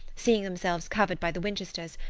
seeing themselves covered by the winchesters,